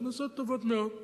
הכנסות טובות מאוד.